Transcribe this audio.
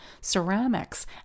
ceramics